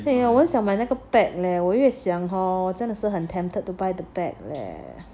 !aiya! 我很想买那个 bag leh 我越想 hor 真的是很 tempted to buy the bag leh